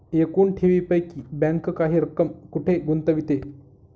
एकूण ठेवींपैकी बँक काही रक्कम कुठे गुंतविते?